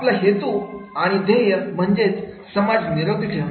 आपला हेतू आणि ध्येय म्हणजे समाज निरोगी ठेवणे